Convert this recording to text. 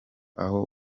aho